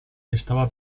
estaba